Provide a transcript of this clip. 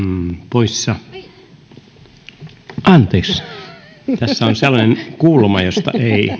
poissa anteeksi tässä on sellainen kulma josta